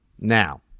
Now